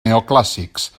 neoclàssics